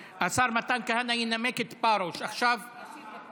השר מתן כהנא ינמק את פרוש, ישיב.